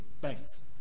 banks